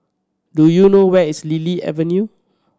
do you know where is Lily Avenue